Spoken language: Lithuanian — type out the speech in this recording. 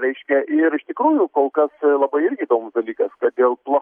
reiškia ir iš tikrųjų kol kas labai irgi įdomus dalykas kodėl tuo